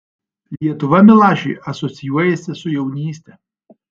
lietuva milašiui asocijuojasi su jaunyste